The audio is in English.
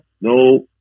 no